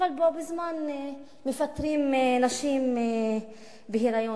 אבל בו-בזמן מפטרים נשים בהיריון.